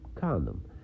condom